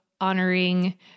honoring